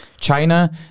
China